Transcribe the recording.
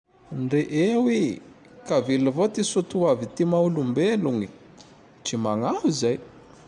Nde eo i ka velo ty Soatoavy ty Maha olombelogne; tsy magnahy zay.